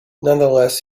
nonetheless